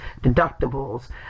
deductibles